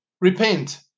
repent